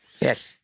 Yes